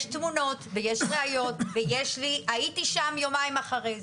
יש תמונות ויש ראיות, הייתי שם יומיים אחרי זה.